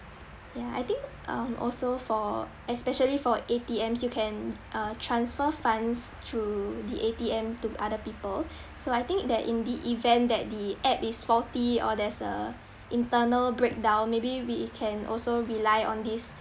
ya I think um also for especially for A_T_Ms you can uh transfer funds through the A_T_M to other people so I think that in the event that the app is faulty or there's a internal breakdown maybe we can also rely on these